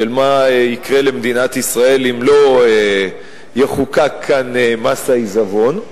מה יקרה למדינת ישראל אם לא יחוקק כאן מס העיזבון.